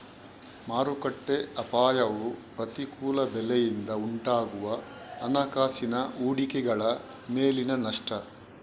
ಮಾರುಕಟ್ಟೆ ಅಪಾಯವು ಪ್ರತಿಕೂಲ ಬೆಲೆಯಿಂದ ಉಂಟಾಗುವ ಹಣಕಾಸಿನ ಹೂಡಿಕೆಗಳ ಮೇಲಿನ ನಷ್ಟ